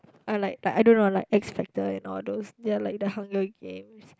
I like like I don't know I like expected and all those they are like the Hunger Games